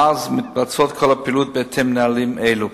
מאז כל הפעילות מתבצעת בהתאם לנהלים אלו.